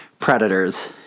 Predators